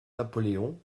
napoléon